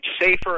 safer